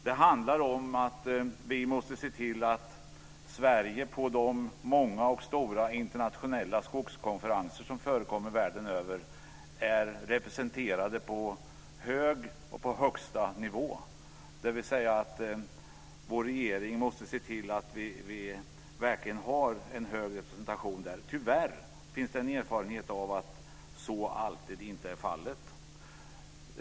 Det handlar om att vi måste se till att Sverige på de många och stora internationella skogskonferenser som förekommer världen över är representerade på hög nivå, på högsta nivå, dvs. att vår regering måste se till att vi verkligen har en hög representation där. Tyvärr finns det en erfarenhet av att så inte alltid är fallet.